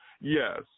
yes